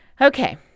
Okay